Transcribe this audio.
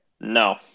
No